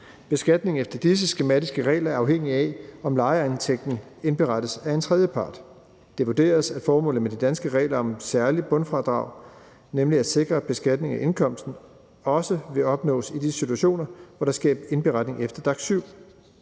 Beskatning efter disse skematiske regler er afhængig af, om lejeindtægten indberettes af en tredjepart. Det vurderes, at formålet med de danske regler om et særligt bundfradrag, nemlig at sikre beskatning af indkomsten, også vil opnås i de situationer, hvor der sker indberetning efter DAC7.